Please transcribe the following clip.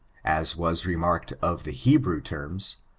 as was remarked of the hebrew terms,